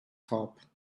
top